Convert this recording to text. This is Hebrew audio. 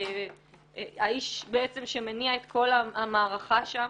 האיש שמניע את כל המערכה שם.